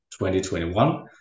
2021